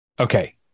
Okay